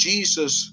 Jesus